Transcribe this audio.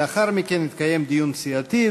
לאחר מכן יתקיים דיון סיעתי,